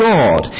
God